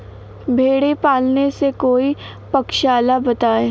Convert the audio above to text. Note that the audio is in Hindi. भेड़े पालने से कोई पक्षाला बताएं?